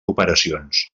operacions